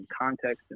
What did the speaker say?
context